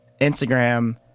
Instagram